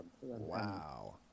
Wow